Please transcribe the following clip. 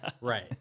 Right